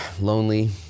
lonely